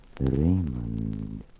Raymond